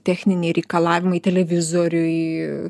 techniniai reikalavimai televizoriui